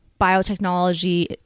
biotechnology